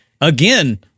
Again